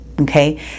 okay